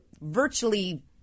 virtually